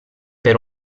per